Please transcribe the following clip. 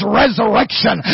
resurrection